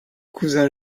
cousin